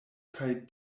kaj